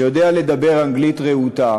יודע לדבר אנגלית רהוטה